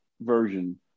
version